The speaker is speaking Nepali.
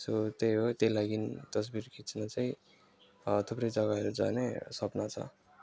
यो त्यही हो त्यो लागि तस्बिर खच्न चाहिँ थुप्रै जग्गाहरू जाने सपना छ